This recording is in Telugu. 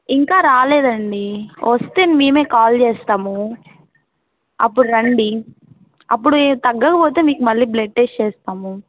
ఇంకా రాలేదండి వస్తే మేమే కాల్ చేస్తాము అప్పుడు రండి అప్పుడు తగ్గకపోతే మీకు మళ్ళీ బ్లడ్ టెస్ట్ చేస్తాము